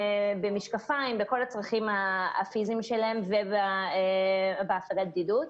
במשקפיים, בכל הצרכים הפיזיים שלהם ובהפגת בדידות.